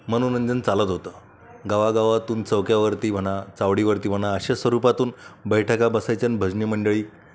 मनोरंजन चालत होतं गावागावातून चौक्यावरती म्हणा चावडीवरती म्हणा अशा स्वरूपातून बैठका बसायच्या न भजनी मंडळी